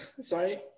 sorry